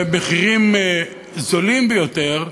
במחירים זולים ביותר,